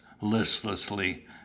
listlessly